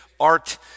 art